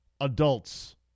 Adults